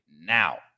now